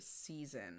season